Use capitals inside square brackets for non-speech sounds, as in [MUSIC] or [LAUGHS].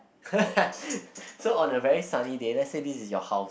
[LAUGHS] so on a very sunny day let's say this is your house